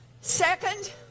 Second